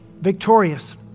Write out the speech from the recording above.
victorious